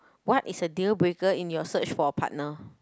what is a deal breaker in your search for a partner